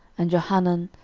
and johanan,